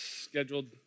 scheduled